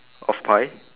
of pie